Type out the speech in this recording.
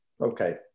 Okay